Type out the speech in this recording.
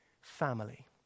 family